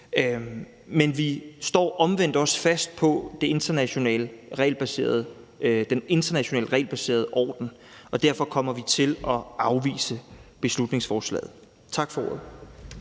Men vi står omvendt også fast på den internationale, regelbaserede orden. Derfor kommer vi til at afvise beslutningsforslaget. Tak for ordet.